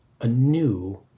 anew